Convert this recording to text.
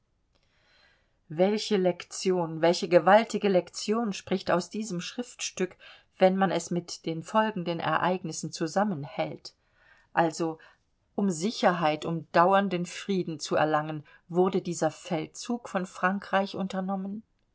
welche lektion welche gewaltige lektion spricht aus diesem schriftstück wenn man es mit den folgenden ereignissen zusammenhält also um sicherheit um dauernden frieden zu erlangen wurde dieser feldzug von frankreich unternommen